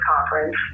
conference